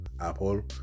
Apple